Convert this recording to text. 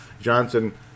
Johnson